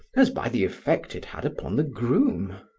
as by the effect it had upon the groom.